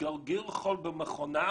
גרגר חול במכונה,